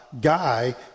Guy